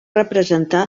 representar